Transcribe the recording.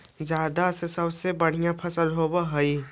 जादा के सबसे बढ़िया फसल का होवे हई?